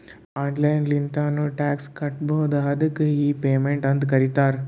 online ಲಿಂತ್ನು tax ಕಟ್ಬೋದು ಅದ್ದುಕ್ ಇ ಪೇಮೆಂಟ್ ಅಂತ್ ಕರೀತಾರ